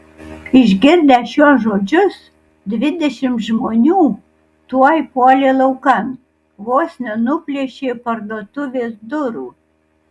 išgirdę šiuos žodžius dvidešimt žmonių tuoj puolė laukan vos nenuplėšė parduotuvės durų